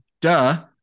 Duh